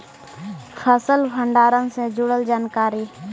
फसल भंडारन से जुड़ल जानकारी?